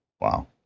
Wow